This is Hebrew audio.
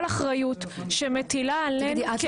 אחריות שמטילה עלינו כלים --- תגידי,